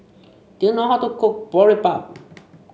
do you know how to cook Boribap